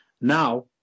now